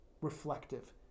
Reflective